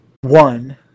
one